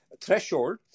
threshold